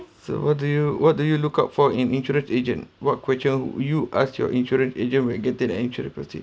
so what do you what do you look out for in insurance agent what question you ask your insurance agent regarding insurance policy